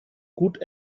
gut